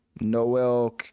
Noel